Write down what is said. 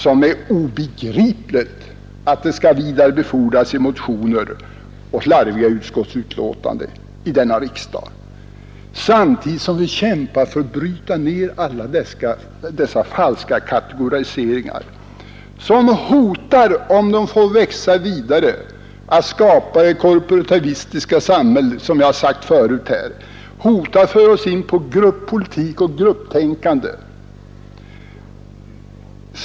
Det är obegripligt att sådant skall vidarebefordras i motioner och slarviga utskottsbetänkanden i denna riksdag, samtidigt som vi kämpar för att bryta ned dessa falska kategoriseringar som, om de får växa vidare, hotar att skapa det korporativa samhället, att föra oss in i gruppolitik och grupptänkande.